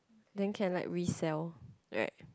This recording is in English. then can like resell right